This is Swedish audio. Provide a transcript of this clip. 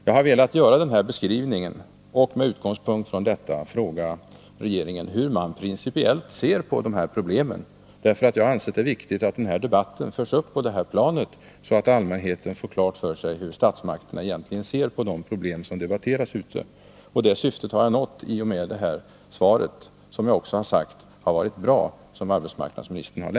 Jag har velat göra den här beskrivningen och med utgångspunkt i en fråga till regeringen, hur man principiellt betraktar problemen, eftersom jag har ansett det viktigt att debatten förs upp på det här planet, så att allmänheten får klart för sig hur statsmakterna ser på de problem som debatteras ute i landet. Det syftet har jag nått i och med det svar som arbetsmarknadsministern har lämnat, och jag har också sagt att det var ett bra svar.